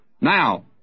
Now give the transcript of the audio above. Now